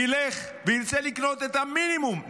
ילך וירצה לקנות את המינימום,